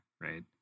right